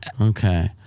Okay